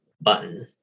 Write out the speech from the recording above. button